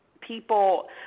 people –